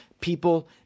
people